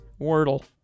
Wordle